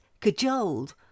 cajoled